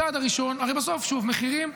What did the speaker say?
הצעד הראשון, הרי בסוף, שוב, מחירים.